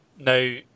Now